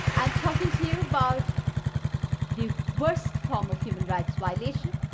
i'm talking to you about the worst form of human rights violation,